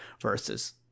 versus